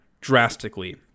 drastically